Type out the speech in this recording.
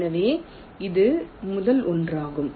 எனவே இது முதல் ஒன்றாகும்